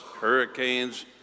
hurricanes